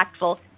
impactful